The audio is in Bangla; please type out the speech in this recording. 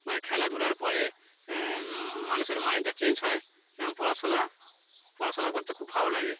মানে খেলাধুলার পরে মানুষের মাইন্ডটা চেঞ্জ হয় এবং পড়াশোনা পড়াশোনা করতে খুব ভালো লাগে